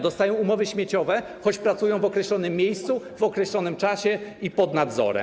Dostają umowy śmieciowe, choć pracują w określonym miejscu, w określonym czasie i pod nadzorem.